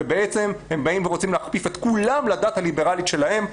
ובעצם הם באים ורוצים להכפיף את כולם לדת הליברלית שלהם.